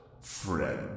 friend